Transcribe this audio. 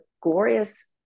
glorious